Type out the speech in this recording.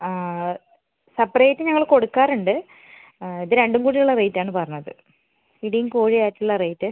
separate ഞങ്ങൾ കൊടുക്കാറുണ്ട് ഇത് രണ്ടും കൂടി ഉള്ള റേറ്റ് ആണ് പറഞ്ഞത് പിടിയും കോഴിയും ആയിട്ടുള്ള റേറ്റ്